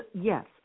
Yes